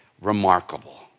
remarkable